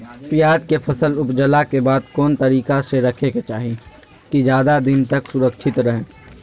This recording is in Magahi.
प्याज के फसल ऊपजला के बाद कौन तरीका से रखे के चाही की ज्यादा दिन तक सुरक्षित रहय?